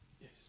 Yes